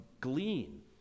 glean